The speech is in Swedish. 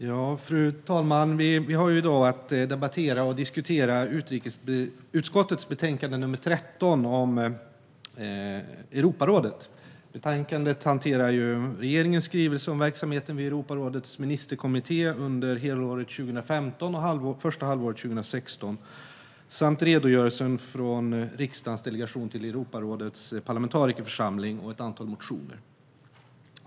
Fru talman! Vi har i dag att debattera utrikesutskottets betänkande nr 13 om Europarådet. Betänkandet hanterar regeringens skrivelse om verksamheten vid Europarådets ministerkommitté under helåret 2015 och första halvåret 2016, redogörelsen från riksdagens delegation till Europarådets parlamentarikerförsamling samt ett antal motioner.